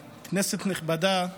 נכבדה,